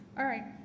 alright.